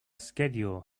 schedule